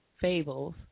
fables